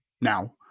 Now